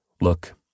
Look